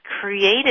created